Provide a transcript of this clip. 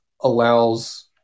allows